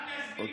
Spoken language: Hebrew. אוקיי.